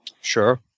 Sure